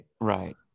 Right